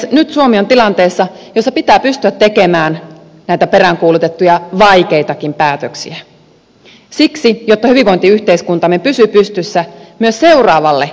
nyt suomi on tilanteessa jossa pitää pystyä tekemään näitä peräänkuulutettuja vaikeitakin päätöksiä jotta hyvinvointiyhteiskuntamme pysyy pystyssä myös seuraavalle vastuunkantajasukupolvelle